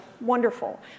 wonderful